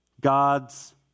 God's